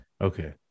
Okay